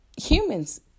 humans